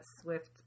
Swift